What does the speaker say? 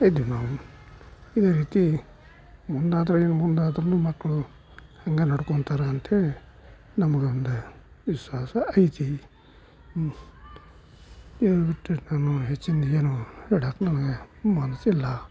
ಇದ್ವಿ ನಾವು ಇದೇ ರೀತಿ ಮುಂದಾದ್ರೂ ಮಕ್ಕಳು ಹಿಂಗೆ ನಡ್ಕೊತಾರ ಅಂತೇಳಿ ನಮಗೊಂದು ವಿಶ್ವಾಸ ಐತಿ ಇದನ್ನು ಬಿಟ್ಟು ನಾನು ಹೆಚ್ಚಿನ್ದು ಏನೂ ಹೇಳಕ್ಕೆ ನಮಗೆ ಮನಸಿಲ್ಲ